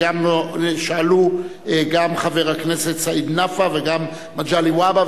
שאלו גם חבר הכנסת סעיד נפאע וגם מגלי והבה,